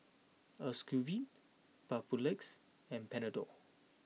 Ocuvite Papulex and Panadol